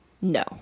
no